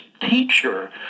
teacher